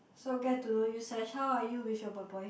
so get to know you sesh how are you with your boy boy